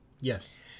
Yes